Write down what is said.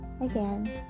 Again